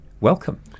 welcome